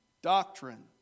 Doctrine